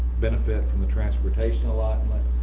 benefit from the transportation allotment.